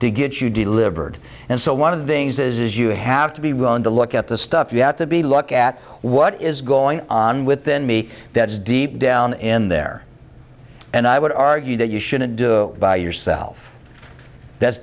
to get you delivered and so one of the things is you have to be willing to look at the stuff you have to be look at what is going on within me that is deep down in there and i would argue that you shouldn't do by yourself that's